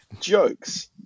jokes